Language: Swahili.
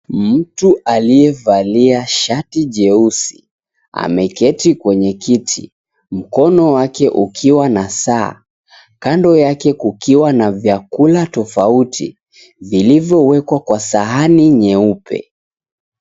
Mtu aliyevalia shati jeusi, ameketi kwenye kiti. Mkono wake ukiwa na saa, kando yake kukiwa na vyakula tofauti. Vilivyowekwa kwa sahani nyeupe.